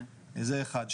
זה אחד.